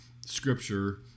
Scripture